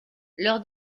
leur